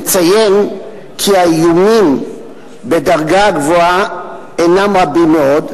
נציין כי האיומים בדרגה הגבוהה אינם רבים מאוד,